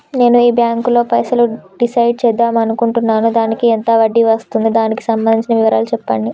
నేను ఈ బ్యాంకులో పైసలు డిసైడ్ చేద్దాం అనుకుంటున్నాను దానికి ఎంత వడ్డీ వస్తుంది దానికి సంబంధించిన వివరాలు చెప్పండి?